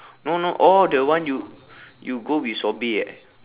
no no oh the one you you go with sobri eh